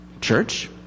church